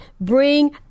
bring